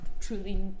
truly